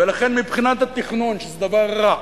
ולכן, מבחינת התכנון, זה דבר רע,